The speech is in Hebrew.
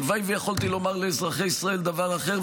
הלוואי שיכולתי לומר לאזרחי ישראל דבר אחר,